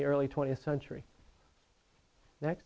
the early twentieth century next